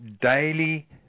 daily